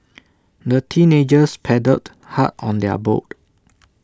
the teenagers paddled hard on their boat